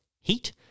heat